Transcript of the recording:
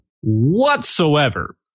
whatsoever